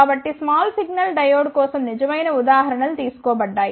కాబట్టి small signal diode కోసం నిజమైన ఉదాహరణ లు తీసుకోబడ్డాయి